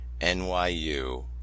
NYU